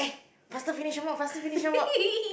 faster finish your work faster finish your work